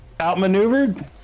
outmaneuvered